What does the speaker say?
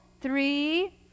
three